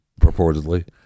purportedly